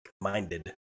minded